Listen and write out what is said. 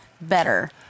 better